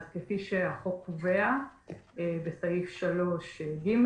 כפי שהחוק קובע בסעיף 3(ג),